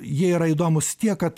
jie yra įdomūs tiek kad